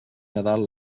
nadal